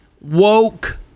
woke